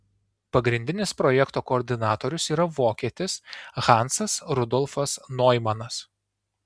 pagrindinis projekto koordinatorius yra vokietis hansas rudolfas noimanas